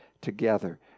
together